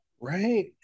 Right